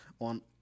on